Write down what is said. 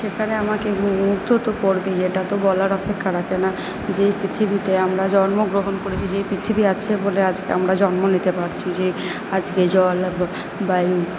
সেখানে আমাকে মুগ্ধ তো করবেই এটা তো বলার অপেক্ষা রাখে না যে পৃথিবীতে আমরা জন্মগ্রহণ করেছি যেই পৃথিবী আছে বলে আজকে আমরা জন্ম নিতে পারছি যে আজকে জল বায়ু